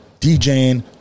DJing